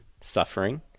suffering